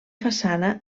façana